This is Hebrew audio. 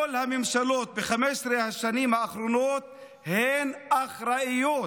כל הממשלות ב-15 השנים האחרונות אחראיות